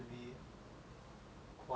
like if it's just quiet quiet